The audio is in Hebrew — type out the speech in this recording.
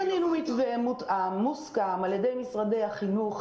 בנינו מתווה מותאם ומוסכם על ידי משרדי החינוך,